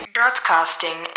Broadcasting